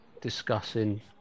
discussing